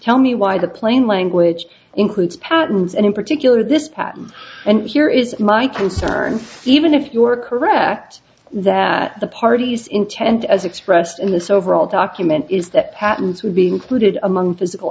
tell me why the plain language includes patents and in particular this patent and here is my concern even if you're correct that the parties intent as expressed in this overall document is that patents would be included among physical